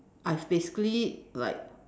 I basically like